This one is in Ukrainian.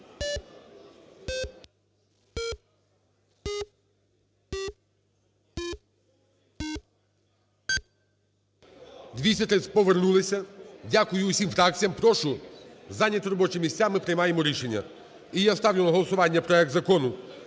За-230 Повернулися. Дякую усім фракціям. Прошу зайняти робочі місця. Ми приймаємо рішення. І я ставлю на голосування проект Закону